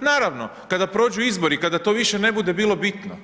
Naravno, kada prođu izbori, kada to više ne bude bilo bitno,